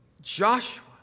Joshua